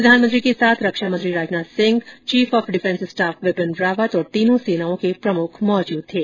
प्रधानमंत्री के साथ रक्षामंत्री Rajnath Singh chief of defence staff Bipin Rawat और तीनों सेनाओं के प्रमुख मौजूद थे